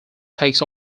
takes